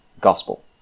gospel